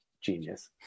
genius